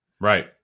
Right